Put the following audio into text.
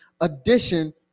addition